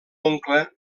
oncle